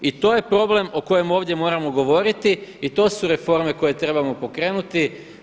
I to je problem o kojem ovdje moramo govoriti i to su reforme koje trebamo pokrenuti.